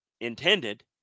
intended